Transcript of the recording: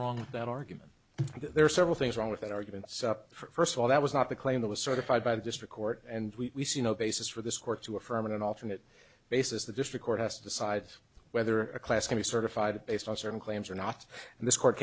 wrong that argument there are several things wrong with that argument so for us all that was not the claim that was certified by the district court and we see no basis for this court to affirm in an alternate basis the district court has to decide whether a class can be certified based on certain claims or not and this court